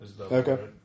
Okay